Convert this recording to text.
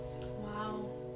Wow